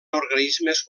organismes